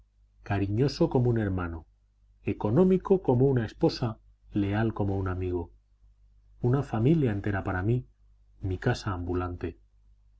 cariñoso como un hermano económico como una esposa leal como un amigo una familia entera para mí mi casa ambulante